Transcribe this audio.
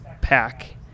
pack